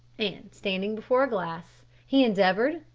and standing before a glass, he endeavoured,